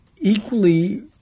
equally